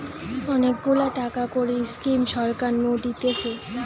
অনেক গুলা টাকা কড়ির স্কিম সরকার নু দিতেছে